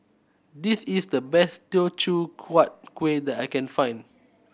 this is the best Teochew Huat Kuih that I can find